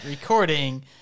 recording